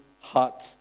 heart